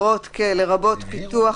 לרבות פיתוח,